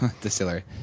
distillery